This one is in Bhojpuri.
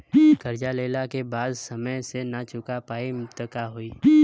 कर्जा लेला के बाद समय से ना चुका पाएम त का होई?